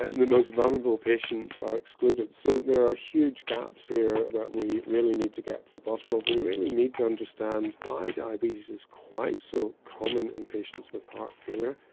and the most vulnerable patients are excluded. so there are huge gaps here that we really need to get to the bottom of. we really need to understand why diabetes is quite so common in patients with heart failure.